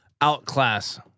outclass